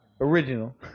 original